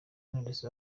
knowless